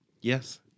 Yes